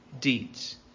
deeds